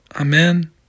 Amen